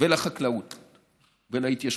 ולחקלאות ולהתיישבות.